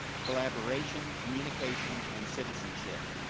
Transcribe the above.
collaboration, communication, and citizenship.